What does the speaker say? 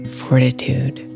fortitude